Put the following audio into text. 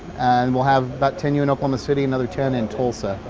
and we'll have about ten u in oklahoma city another ten in tulsa.